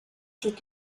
zieht